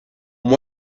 mois